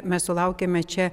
mes sulaukiame čia